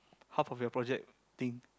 half of your project thing